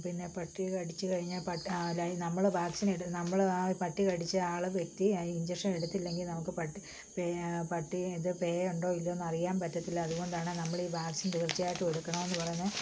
പിന്നെ പട്ടി കടിച്ചു കഴിഞ്ഞാൽ പ ലേ നമ്മൾ വാക്സിനെട് നമ്മൾ ആ പട്ടി കടിച്ച ആൾ ആ വ്യക്തി ആ ഇഞ്ചക്ഷൻ എടുത്തില്ലെങ്കിൽ നമുക്ക് പട്ടി പേ പട്ടി ഇത് പേയ് ഉണ്ടോ ഇല്ലയോന്നറിയാൻ പറ്റത്തില്ല അതുകൊണ്ടാണ് നമ്മളീ വാക്സിൻ തീർച്ചയായിട്ടും എടുക്കണം എന്നു പറയുന്നത്